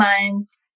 months